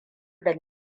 da